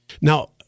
Now